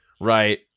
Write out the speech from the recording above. Right